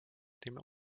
dem